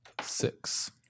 Six